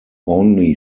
only